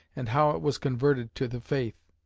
and how it was converted to the faith?